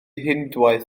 hindŵaeth